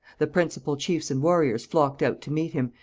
the principal chiefs and warriors flocked out to meet him,